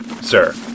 sir